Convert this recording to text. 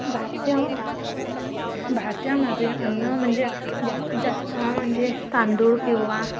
भारत्या भारतामध्ये अन्न म्हणजे जास्तीत जास्त म्हणजे तांदूळ किंवा